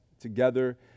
together